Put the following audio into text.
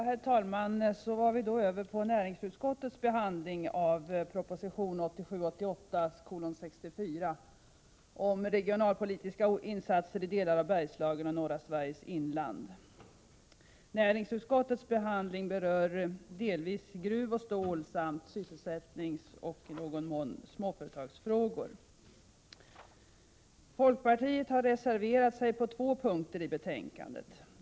Herr talman! Så har vi kommit fram till näringsutskottets behandling av proposition 1987/88:64 om regionalpolitiska insatser i delar av Bergslagen och norra Sveriges inland. Näringsutskottets behandling berör dels gruvoch stål-, dels sysselsättningsoch i någon mån småföretagsfrågor. Folkpartiet har reserverat sig på två punkter i betänkandet.